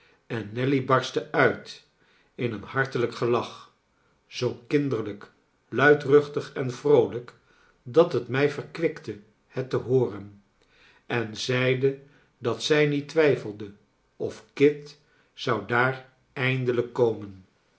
en nelly barstte uit in een hartelijk gelach zoo kinderlijk luidruchtig en vroolijk dat het mij verkwikte het te hooren en zeide dat zij niet twijfelde of kit zou daar eindelijk komen